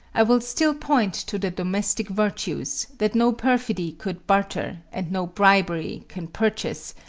i will still point to the domestic virtues, that no perfidy could barter, and no bribery can purchase,